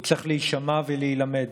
הוא צריך להישמע ולהילמד,